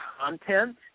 content